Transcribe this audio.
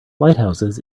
lighthouses